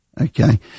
Okay